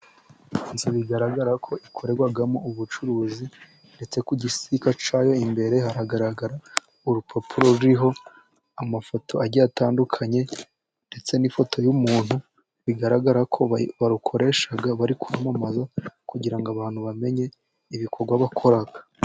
Inzu bigaragara ko ikorerwamo ubucuruzi ,ndetse ku gisika cyayo imbere hagaragara urupapuro ruriho amafoto agiye atandukanye, ndetse n'ifoto y'umuntu bigaragara ko barukoresha bari kwamamaza kugira ngo abantu bamenye ibikorwa bakora.